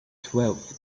twelve